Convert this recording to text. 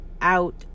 out